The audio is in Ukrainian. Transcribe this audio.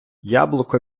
яблуко